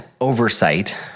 oversight